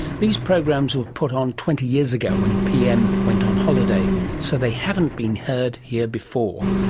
these programs were put on twenty years ago when pm went on holiday so they haven't been heard here before,